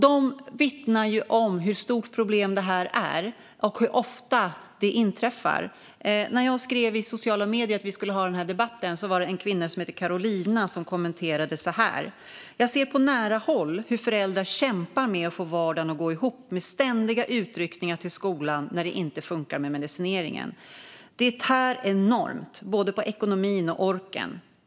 De vittnar om hur stort problem detta är och hur ofta det inträffar. När jag skrev i sociala medier att vi skulle ha den här debatten kommenterade en kvinna som heter Karolina så här: Jag ser på nära håll hur föräldrar kämpar med att få vardagen att gå ihop med ständiga utryckningar till skolan när det inte funkar med medicineringen. Det tär enormt, både på ekonomin och på orken.